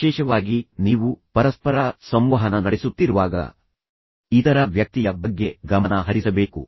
ವಿಶೇಷವಾಗಿ ನೀವು ಪರಸ್ಪರ ಸಂವಹನ ನಡೆಸುತ್ತಿರುವಾಗ ಇತರ ವ್ಯಕ್ತಿಯ ಬಗ್ಗೆ ಗಮನ ಹರಿಸಬೇಕು